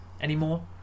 anymore